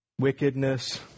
wickedness